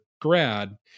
grad